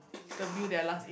the meal that I last ate